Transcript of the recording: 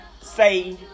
say